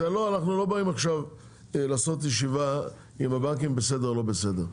אנחנו לא באים עכשיו לעשות ישיבה אם הבנקים בסדר או לא בסדר.